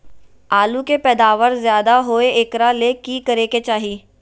आलु के पैदावार ज्यादा होय एकरा ले की करे के चाही?